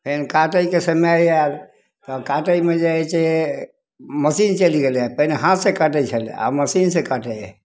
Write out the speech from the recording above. काटैके समय आएल तऽ काटैमे जे हइ से मशीन चलि गेलै हँ पहिले हाथसे काटै छलै आब मशीनसे काटै हइ